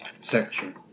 section